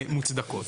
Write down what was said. מוצדקות.